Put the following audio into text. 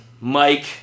Mike